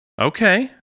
Okay